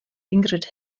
ingrid